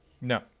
No